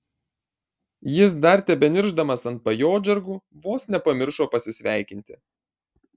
jis dar tebeniršdamas ant pajodžargų vos nepamiršo pasisveikinti